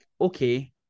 okay